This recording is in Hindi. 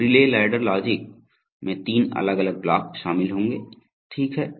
तो रिले लैडर लॉजिक में तीन अलग अलग ब्लॉक शामिल होंगे ठीक है